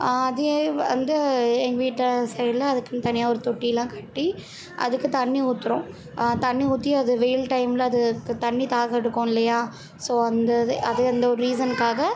அதே வந்து எங்கள் வீட்டு சைடில் அதுக்குனு தனியாக ஒரு தொட்டிலாம் கட்டி அதுக்கு தண்ணி ஊத்துகிறோம் தண்ணி ஊற்றி அது வெயில் டைமில் அதுக்கு தண்ணி தாகம் எடுக்கும் இல்லையா ஸோ அந்த இதே அது அந்த ஒரு ரீசனுக்காக